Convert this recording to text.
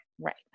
right